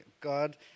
God